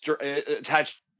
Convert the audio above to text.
attached